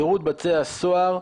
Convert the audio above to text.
שירות בתי הסוהר,